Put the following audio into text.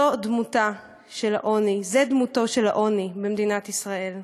זה דמותו של העוני במדינת ישראל.